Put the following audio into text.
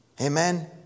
Amen